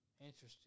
Interesting